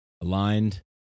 aligned